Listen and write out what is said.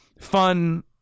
fun